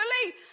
believe